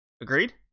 Agreed